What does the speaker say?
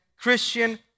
Christian